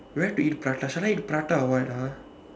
where to eat prata shall I eat prata or what ah